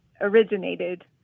originated